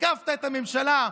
התקפת את הממשלה,